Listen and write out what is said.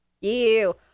Ew